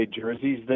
jerseys